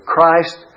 Christ